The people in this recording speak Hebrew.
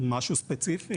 משהו ספציפי?